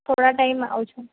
થોડા ટાઈમમાં આવું છું